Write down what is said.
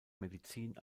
medizin